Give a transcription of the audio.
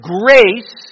grace